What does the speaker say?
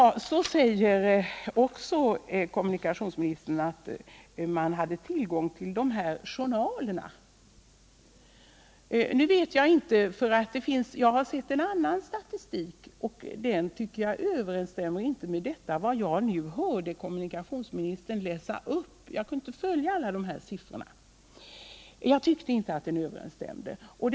Kommunikationsministern säger också att det fanns ullgång till journaler. Men jag har sett en annan statistik, och jag tyckte inte att den överensstämde med vad jag hörde kommunikationsministern läsa upp — även om jag inte kunde följa med helt i siffrorna.